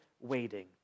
waiting